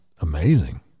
amazing